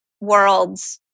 worlds